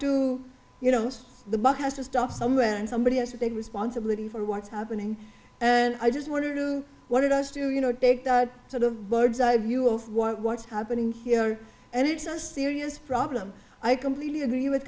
to you know the buck has to stop somewhere and somebody has to take responsibility for what's happening and i just wonder what it does to you know take that sort of bird's eye view of what's happening here and it's a serious problem i completely agree with